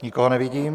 Nikoho nevidím.